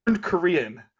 Korean